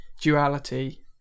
duality